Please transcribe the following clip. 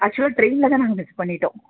ஆக்ஷுவலாக ட்ரைனில்தான் நாங்கள் மிஸ் பண்ணிவிட்டோம்